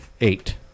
eight